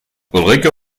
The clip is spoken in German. ulrike